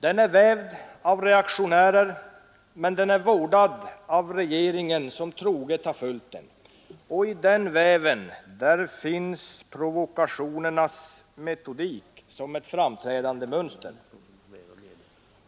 Den har vävts in av reaktionärer men vårdats av regeringen som troget har följt den. Provokationernas metodik bildar ett framträdande mönster i denna